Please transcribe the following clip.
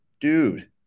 dude